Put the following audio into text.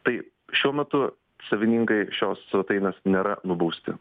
tai šiuo metu savininkai šios svetainės nėra nubausti